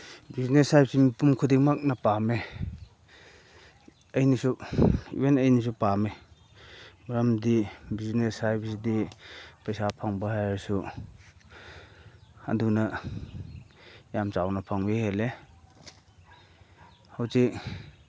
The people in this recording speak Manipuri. ꯕꯤꯖꯤꯅꯦꯁ ꯍꯥꯏꯕꯁꯤ ꯃꯤꯄꯨꯝ ꯈꯨꯗꯤꯡꯃꯛꯅ ꯄꯥꯝꯃꯦ ꯑꯩꯅꯁꯨ ꯏꯚꯟ ꯑꯩꯅꯁꯨ ꯄꯥꯝꯃꯦ ꯃꯔꯝꯗꯤ ꯕꯤꯖꯤꯅꯦꯁ ꯍꯥꯏꯕꯁꯤꯗꯤ ꯄꯩꯁꯥ ꯐꯪꯕ ꯍꯥꯏꯔꯁꯨ ꯑꯗꯨꯅ ꯌꯥꯝ ꯆꯥꯎꯅ ꯐꯪꯕ ꯍꯦꯜꯂꯦ ꯍꯧꯖꯤꯛ